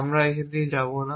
আমরা এখানে এটিতে যাব না